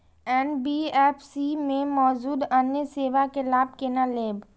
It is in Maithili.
एन.बी.एफ.सी में मौजूद अन्य सेवा के लाभ केना लैब?